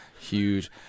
huge